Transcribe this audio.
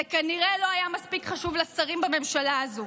זה כנראה לא היה מספיק חשוב לשרים בממשלה הזו,